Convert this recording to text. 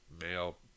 male